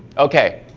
okay